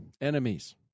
enemies